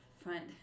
front